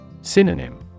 Synonym